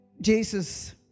Jesus